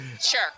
Sure